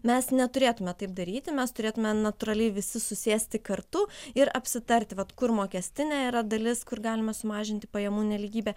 mes neturėtume taip daryti mes turėtume natūraliai visi susėsti kartu ir apsitarti vat kur mokestinė yra dalis kur galima sumažinti pajamų nelygybę